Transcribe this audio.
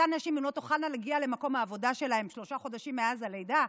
אותן נשים לא תוכלנה להגיע למקום העבודה שלהן שלושה חודשים מאז הלידה.